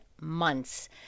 months